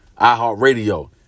iHeartRadio